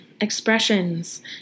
Expressions